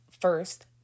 first